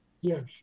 Yes